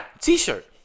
t-shirt